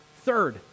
Third